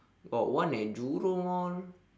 got one at jurong all